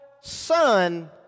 Son